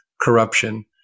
corruption